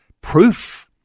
proof